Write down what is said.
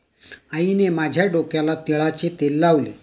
आईने माझ्या डोक्याला तिळाचे तेल लावले